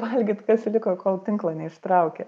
valgyt kas liko kol tinklo neištraukė